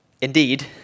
indeed